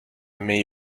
may